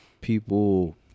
people